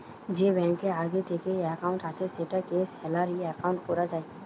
যে ব্যাংকে আগে থিকেই একাউন্ট আছে সেটাকে স্যালারি একাউন্ট কোরা যায়